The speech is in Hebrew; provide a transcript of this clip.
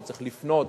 הוא צריך לפנות